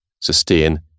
sustain